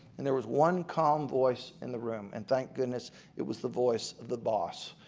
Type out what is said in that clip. and there was one calm voice in the room, and thank goodness it was the voice of the boss.